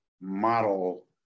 model